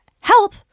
help